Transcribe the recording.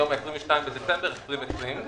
מיום 22 בדצמבר 2020,